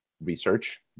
research